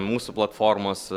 mūsų platformos